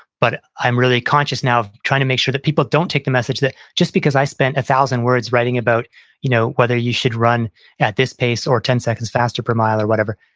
but i'm really conscious now of trying to make sure that people don't take the message that just because i spent a thousand words writing about you know whether you should run at this pace or ten seconds faster, per mile or whatever.